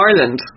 Ireland